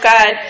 God